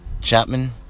Chapman